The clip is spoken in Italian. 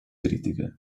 critiche